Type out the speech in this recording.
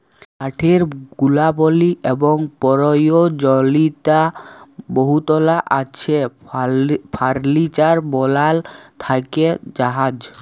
কাঠের গুলাবলি এবং পরয়োজলীয়তা বহুতলা আছে ফারলিচার বালাল থ্যাকে জাহাজ